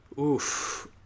oof